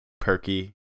perky